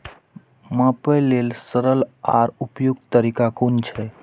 मापे लेल सरल आर उपयुक्त तरीका कुन छै?